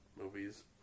movies